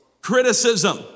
Criticism